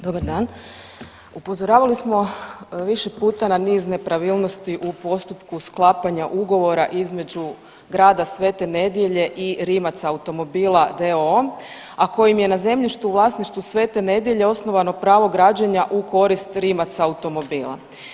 Dobar dan, upozoravali smo više puta na niz nepravilnosti u postupku sklapanja ugovora između grada Svete Nedelje i Rimac automobila d.o.o., a kojim je na zemljištu u vlasništvu Svete Nedelje osnovano pravo građenja u korist Rimac automobila.